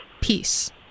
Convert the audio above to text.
peace